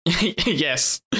Yes